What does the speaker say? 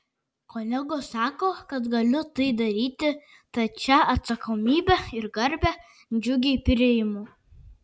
kolegos sako kad galiu tai daryti tad šią atsakomybę ir garbę džiugiai priimu